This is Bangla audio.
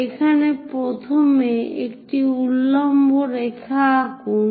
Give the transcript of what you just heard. এখানে প্রথমে একটি উল্লম্ব রেখা আঁকুন